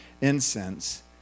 incense